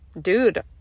dude